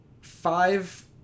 five